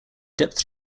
depth